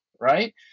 right